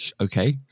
okay